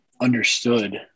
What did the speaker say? understood